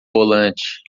volante